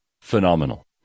phenomenal